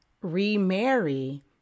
remarry